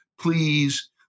please